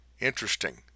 Interesting